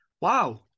wow